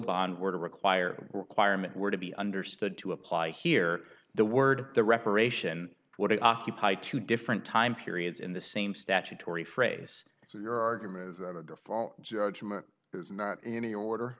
bond were to require requirement were to be understood to apply here the word the reparation what occupy two different time periods in the same statutory phrase so your argument is that a default judgment is not in any order